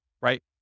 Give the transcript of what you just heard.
right